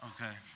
Okay